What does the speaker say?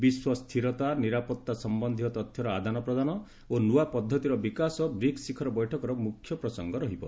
ବିଶ୍ୱ ସ୍ଥିରତା ନିରାପତ୍ତା ସମ୍ଭନ୍ଧୀୟ ତଥ୍ୟର ଆଦାନ ପ୍ରଦାନ ଓ ନୂଆ ପଦ୍ଧତିର ବିକାଶ ବ୍ରିକୁ ଶିଖର ବୈଠକର ମୁଖ୍ୟ ପ୍ରସଙ୍ଗ ରହିବ